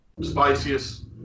spiciest